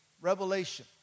revelation